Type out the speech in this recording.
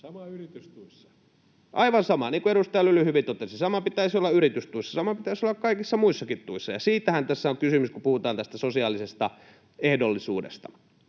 Sama yritystuissa!] — Aivan sama. Niin kuin edustaja Lyly hyvin totesi, sama pitäisi olla yritystuissa. — Sama pitäisi olla kaikissa muissakin tuissa, ja siitähän tässä on kysymys, kun puhutaan tästä sosiaalisesta ehdollisuudesta.